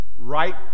right